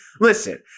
Listen